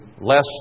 less